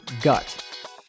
gut